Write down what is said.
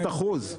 עלו הגרעינים?